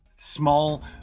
Small